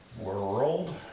World